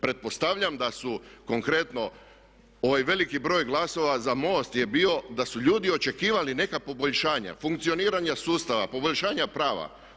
Pretpostavljam da su konkretno ovaj veliki broj glasova za MOST je bio da su ljudi očekivali neka poboljšanja, funkcioniranja sustava, poboljšanja prava.